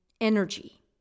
energy